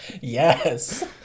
Yes